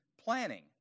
planning